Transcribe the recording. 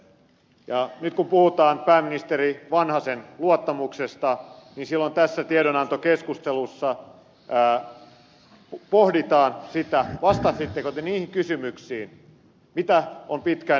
nyt kun puhutaan pääministeri vanhasen luottamuksesta niin silloin tässä tiedonantokeskustelussa pohditaan sitä vastasitteko te niihin kysymyksiin mitä on pitkään esitetty